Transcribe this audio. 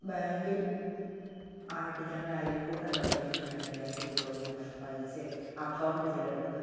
ബാങ്കിൽ ആയിട്ട് ഞങ്ങളയൽക്കൂട്ടം തുടങ്ങിയതിൽ പിന്നെയാണ് ബാങ്കിൽ പോയി ഞങ്ങള് പൈസ അക്കൗണ്ട് ചേർന്നതും